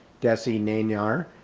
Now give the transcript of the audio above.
desi nayar,